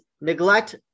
neglect